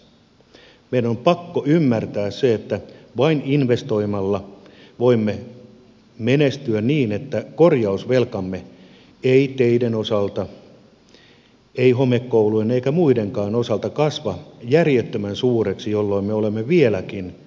meidän on pakko ymmärtää se että vain investoimalla voimme menestyä niin että korjausvelkamme ei teiden osalta ei homekoulujen eikä muidenkaan osalta kasva järjettömän suureksi jolloin me olemme vieläkin tuskallisemmassa tilanteessa